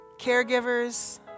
Caregivers